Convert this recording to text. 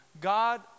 God